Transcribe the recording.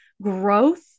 Growth